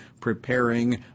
preparing